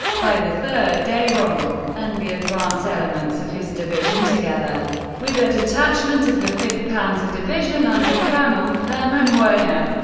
by the third day rommel and the advance elements of his division, together with a detachment of the fifth panzer division under colonel hermann werner,